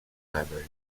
library